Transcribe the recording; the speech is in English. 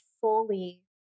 fully